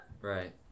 Right